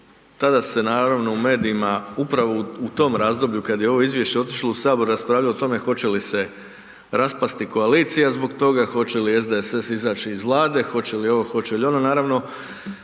tada se naravno u medijima, upravo u tom razdoblju kad je ovo izvješće otišlo u sabor raspravljalo o tome hoće li se raspasti koalicija zbog toga, hoće li SDSS izaći iz Vlade, hoće li ovo, hoće li ono. Naravno,